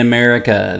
America